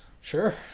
sure